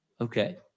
Okay